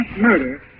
murder